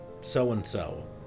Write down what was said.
so-and-so